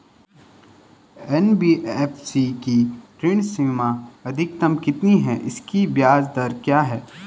NBFC की ऋण सीमा अधिकतम कितनी है इसकी ब्याज दर क्या है?